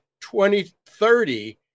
2030